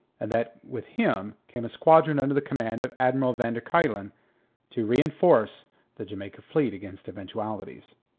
and that with him came a squadron under the command of admiral van der kuylen to reenforce the jamaica fleet against eventualities.